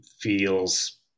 feels